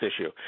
issue